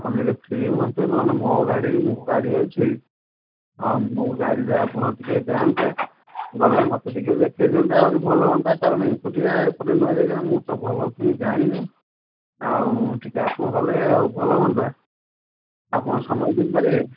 ଆପଣ ଯଦି ଫ୍ରି ହୁଅନ୍ତେ ନହେଲେ ମୋ ଗାଡ଼ି ମୋ ଗାଡ଼ି ଅଛି ଆଉ ମୋ ଗାଡ଼ିରେ ଆପଣ ଟିକିଏ ଯାଆନ୍ତେ ଗଲେ ମୋତେ ଟିକିଏ ଦେଖାଇ ଦିଅନ୍ତେ ଆହୁରି ଭଲ ହୁଅନ୍ତା କାରଣ ଏକୁଟିଆ ଏପଟେ ନୂଆ ଯାଗା ମୁଁ ତ ଭଲକିରି ଜାଣିନି ଆଉ ଟିକିଏ ଆପଣ ଗଲେ ଆଉ ଭଲ ହୁଅନ୍ତା ଆପଣ ସମୟ ଦେଇ ପାରିବେ